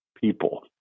people